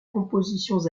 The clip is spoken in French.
compositions